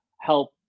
help